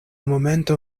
momento